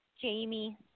Jamie